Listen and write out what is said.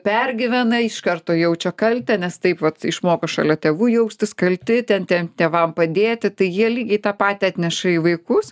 pergyvena iš karto jaučia kaltę nes taip vat išmoko šalia tėvų jaustis kalti ten ten tėvam padėti tai jie lygiai tą patį atneša į vaikus